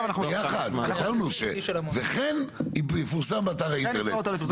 ביחד אמרנו וכן יפורסם באתר האינטרנט.